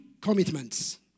commitments